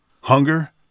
Hunger